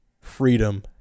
freedom